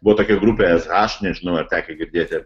buvo tokia grupė es haš nežinau ar tekę girdėti ar ne